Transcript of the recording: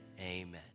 amen